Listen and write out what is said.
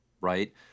right